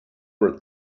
were